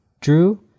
Drew